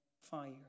fire